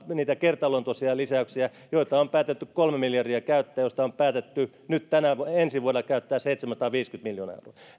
niitä kertaluontoisia lisäyksiä joita on päätetty kolme miljardia käyttää joista on päätetty ensi vuonna käyttää seitsemänsataaviisikymmentä miljoonaa euroa